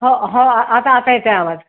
हो हो आता आता येते आवाज